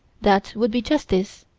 that would be justice.